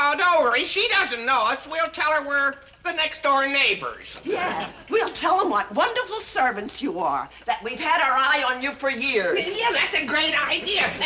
don't worry. she doesn't know us. we'll tell her we're the next-door neighbors. yeah, we'll tell them what wonderful servants you are, that we've had our eye on you for years. yeah, that's a great idea.